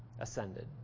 ascended